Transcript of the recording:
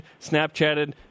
Snapchatted